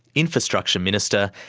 infrastructure minister,